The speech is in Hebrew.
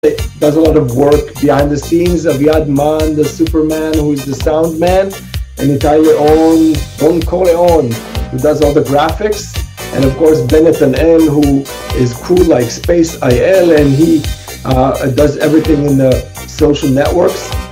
הוא עושה הרבה עבודה מאחורי הקלעים, אביעד מאן, הסופרמאן, שהוא איש הסאונד, ו-??, שעושה את כל הגרפיקה, וכמובן, בן נתנאל, שהוא קול כמו ספייס-איי-אל, והוא עושה את הכל ברשתות החברתיות